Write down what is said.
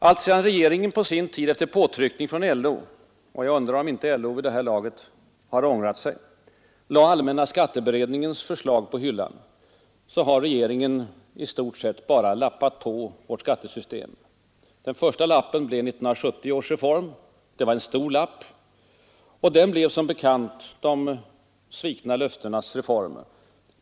Alltsedan regeringen på sin tid efter påtryckning från LO — och jag undrar om inte LO vid det här laget har ångrat sig — lade allmänna skatteberedningens förslag på hyllan har regeringen i stort sett bara lappat på vårt skattesystem. Den första lappen blev 1970 års reform. Det var en stor lapp, och den blev som bekant de svikna löftenas reform.